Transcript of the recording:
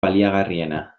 baliagarriena